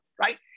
right